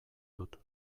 dut